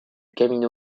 camino